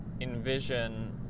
envision